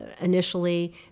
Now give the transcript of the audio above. initially